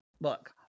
look